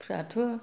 फ्राथ'